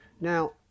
Now